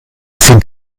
sind